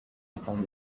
tahun